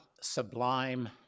sublime